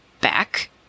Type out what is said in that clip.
back